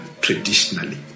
traditionally